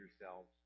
yourselves